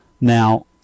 Now